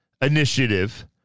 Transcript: initiative